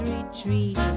Retreat